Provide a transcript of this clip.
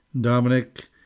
Dominic